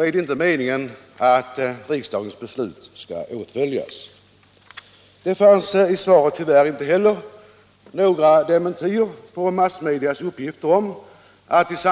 Är det inte meningen att riksdagens beslut skall effektueras? I svaret fanns tyvärr inte heller någon dementi på massmediernas uppgifter om att